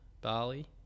Bali